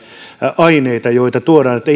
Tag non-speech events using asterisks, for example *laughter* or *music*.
aineita joita tuodaan että *unintelligible*